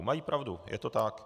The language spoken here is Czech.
Mají pravdu, je to tak.